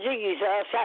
Jesus